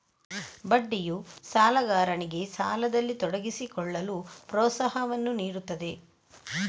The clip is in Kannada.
ಬಡ್ಡಿಯು ಸಾಲಗಾರನಿಗೆ ಸಾಲದಲ್ಲಿ ತೊಡಗಿಸಿಕೊಳ್ಳಲು ಪ್ರೋತ್ಸಾಹವನ್ನು ನೀಡುತ್ತದೆ